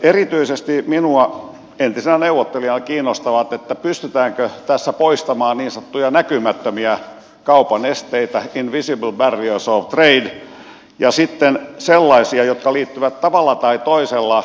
erityisesti minua entisenä neuvottelijana kiinnostaa pystytäänkö tässä poistamaan niin sanottuja näkymättömiä kaupan esteitä invisible barriers to trade ja sitten sellaisia jotka liittyvät tavalla tai toisella turvallisuuspolitiikkaan